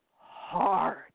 hard